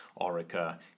Orica